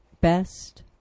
best